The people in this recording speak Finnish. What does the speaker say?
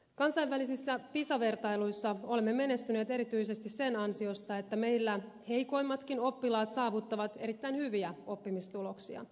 kansainvälisissä pisa vertailuissa olemme menestyneet erityisesti sen ansiosta että meillä heikoimmatkin oppilaat saavuttavat erittäin hyviä oppimistuloksia